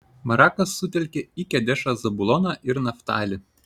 barakas sutelkė į kedešą zabuloną ir naftalį